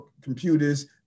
computers